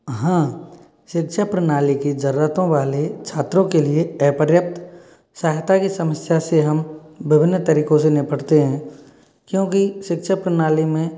हाँ शिक्षा प्रणाली की ज़रूरतों वाले छात्रों के लिए अपर्याप्त सहायता की समस्या से हम दुगने तरीकों से निपटते हैं क्योंकि शिक्षा प्रणाली में